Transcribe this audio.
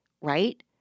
right